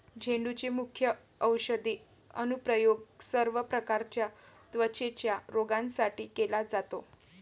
झेंडूचे मुख्य औषधी अनुप्रयोग सर्व प्रकारच्या त्वचेच्या रोगांसाठी केला जातो